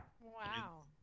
Wow